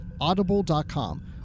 Audible.com